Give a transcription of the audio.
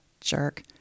Jerk